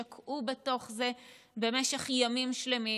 שקעו בתוך זה במשך ימים שלמים.